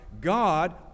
God